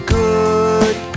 good